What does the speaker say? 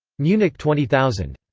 munich twenty thousand.